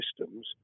systems